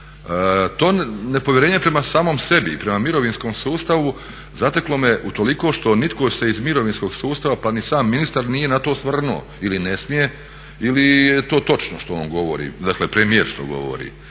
To nepovjerenje prema samom sebi i prema mirovinskom sustavu zateklo me utoliko što nitko se iz mirovinskog sustava pa ni sam ministar nije na to osvrnuo ili ne smije ili je to točno što on govori, dakle premijer što govori